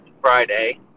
friday